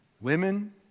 Women